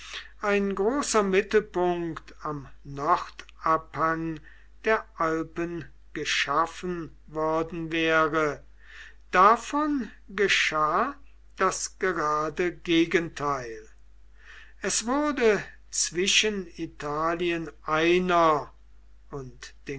ein großer mittelpunkt am nordabhang der alpen geschaffen worden wäre davon geschah das gerade gegenteil es wurde zwischen italien einer und